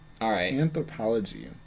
anthropology